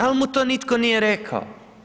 E, ali mu to nitko nije rekao.